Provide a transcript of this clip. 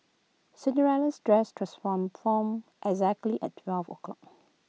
Cinderella's dress transformed form exactly at twelve o'clock